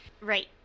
Right